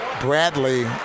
bradley